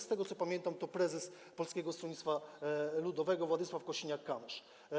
Z tego, co pamiętam, był to prezes Polskiego Stronnictwa Ludowego Władysław Kosiniak-Kamysz.